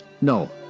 No